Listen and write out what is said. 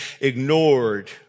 ignored